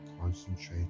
concentrate